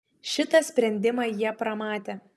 šitą sprendimą jie pramatė